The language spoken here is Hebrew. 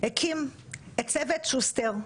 הקים את צוות שוסטר,